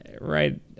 Right